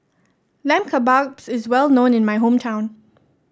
Lamb Kebabs is well known in my hometown